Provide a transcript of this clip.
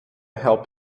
help